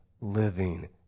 living